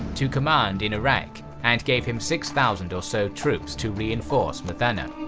to command in iraq, and gave him six thousand or so troops to reinforce muthanna.